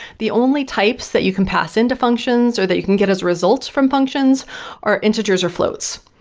the only types that you can pass into functions or that you can get as a result from functions are integers or floats.